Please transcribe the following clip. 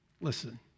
Listen